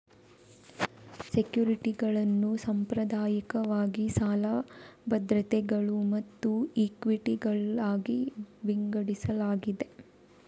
ಸೆಕ್ಯುರಿಟಿಗಳನ್ನು ಸಾಂಪ್ರದಾಯಿಕವಾಗಿ ಸಾಲ ಭದ್ರತೆಗಳು ಮತ್ತು ಇಕ್ವಿಟಿಗಳಾಗಿ ವಿಂಗಡಿಸಲಾಗಿದೆ